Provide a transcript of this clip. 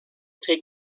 take